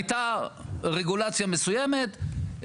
הייתה רגולציה מסוימת,